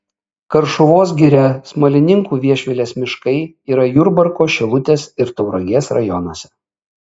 karšuvos giria smalininkų viešvilės miškai yra jurbarko šilutės ir tauragės rajonuose